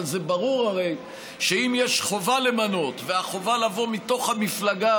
אבל הרי ברור שאם יש חובה למנות וחובה לבוא מתוך המפלגה,